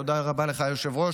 תודה רבה לך, היושב-ראש.